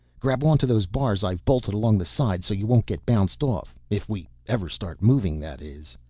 grab onto those bars i've bolted along the sides so you won't get bounced off, if we ever start moving that is.